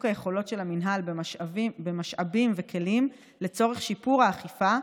היכולות של המינהל במשאבים וכלים לצורך שיפור האכיפה,